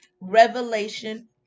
Revelation